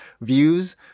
views